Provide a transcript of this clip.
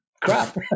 crap